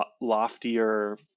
loftier